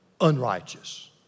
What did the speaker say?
unrighteous